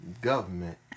government